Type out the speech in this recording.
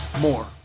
more